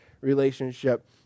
relationship